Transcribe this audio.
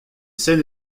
scènes